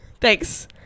Thanks